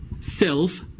self